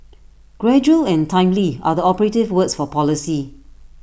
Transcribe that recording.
gradual and timely are the operative words for policy